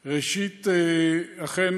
ראשית, אכן